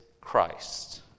Christ